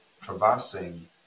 traversing